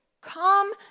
Come